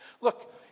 Look